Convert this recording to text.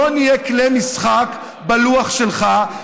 לא נהיה כלי משחק בלוח שלך,